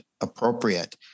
appropriate